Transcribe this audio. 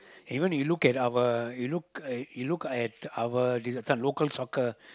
even if you look at our you look at you look at our this one local soccer